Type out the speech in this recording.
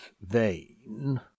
vain